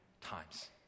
times